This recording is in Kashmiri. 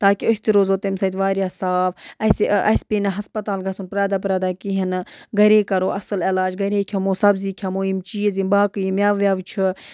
تاکہِ أسۍ تہِ روزو تَمہِ سۭتۍ وارِیاہ صاف اَسہِ اَسہِ پیٚیہِ نہٕ ہَسپَتال گژھُن پرٮ۪تھ دۄہ پرٮ۪تھ کِہیٖنۍ نہٕ گَرے کَرو اَصٕل علاج گَرے کھیٚمو سَبزی کھٮ۪مو یِم چیٖز یِم باقٕے یِم میوٕ وٮ۪و چھِ